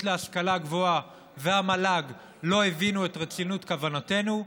להשכלה גבוהה והמל"ג לא הבינו את רצינות כוונתנו,